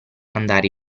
andare